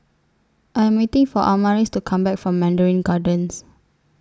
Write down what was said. I Am waiting For Amaris to Come Back from Mandarin Gardens